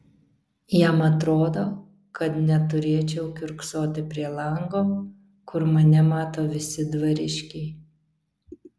jam atrodo kad neturėčiau kiurksoti prie lango kur mane mato visi dvariškiai